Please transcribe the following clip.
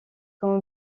comme